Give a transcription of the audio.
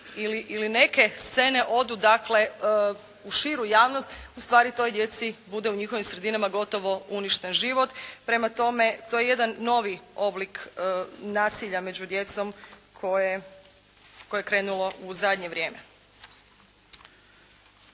ili neke scene odu dakle u širu javnost, ustvari toj djeci bude u njihovim sredinama gotovo uništen život. Prema tome, to je jedan novi oblik nasilja među djecom koje je krenulo u zadnje vrijeme.